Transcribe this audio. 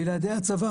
בלעדי הצבא,